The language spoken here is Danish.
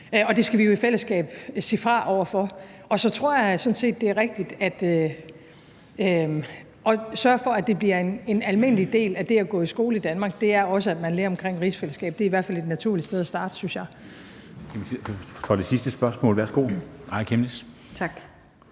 og det skal vi jo i fællesskab sige fra over for. Og så tror jeg sådan set, det er rigtigt, at vi skal sørge for, at det bliver en almindelig del af det at gå i skole i Danmark, at man også lærer om rigsfællesskabet. Det er i hvert fald et naturligt sted at starte, synes jeg. Kl. 13:10 Formanden (Henrik Dam